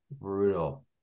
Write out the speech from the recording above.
brutal